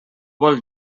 vol